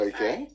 Okay